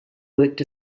worked